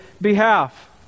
behalf